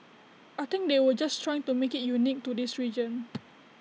I think they were just trying to make IT unique to this region